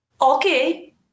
okay